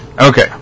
Okay